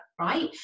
right